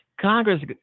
Congress